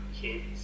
kids